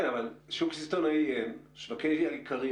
כן, אבל אין שווקי איכרים,